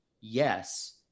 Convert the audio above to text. yes